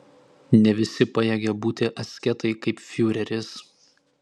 ne visi pajėgia būti asketai kaip fiureris